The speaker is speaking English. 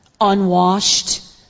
Unwashed